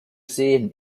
sehen